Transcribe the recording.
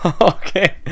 Okay